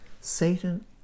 Satan